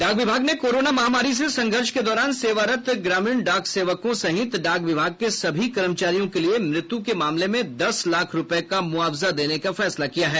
डाक विभाग ने कोरोना महामारी से संघर्ष के दौरान सेवारत ग्रामीण डाक सेवकों सहित डाक विभाग के सभी कर्मचारियों के लिए मृत्यू के मामले में दस लाख रूपये का मुआवजा देने का फैसला किया है